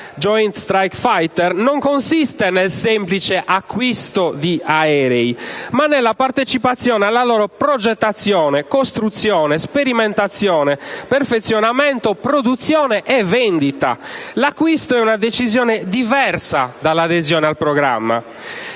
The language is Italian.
Joint strike fighter consiste non nel semplice acquisto di aerei, ma nella partecipazione alla loro progettazione, costruzione, sperimentazione, perfezionamento, produzione e vendita. L'acquisto è una decisione diversa dall'adesione al programma.